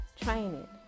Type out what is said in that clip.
training